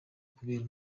kubera